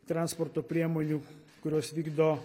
transporto priemonių kurios vykdo